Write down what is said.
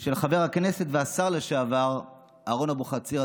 של חבר הכנסת והשר לשעבר אהרן אבוחצירא,